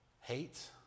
Hate